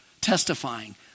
testifying